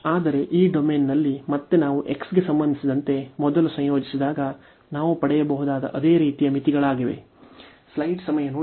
ಆದರೆ ಈ ಡೊಮೇನ್ನಲ್ಲಿ ಮತ್ತೆ ನಾವು x ಗೆ ಸಂಬಂಧಿಸಿದಂತೆ ಮೊದಲು ಸಂಯೋಜಿಸಿದಾಗ ನಾವು ಪಡೆಯಬಹುದಾದ ಅದೇ ರೀತಿಯ ಮಿತಿಗಳಾಗಿವೆ